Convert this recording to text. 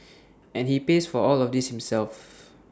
and he pays for all of this himself